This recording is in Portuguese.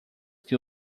que